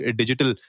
digital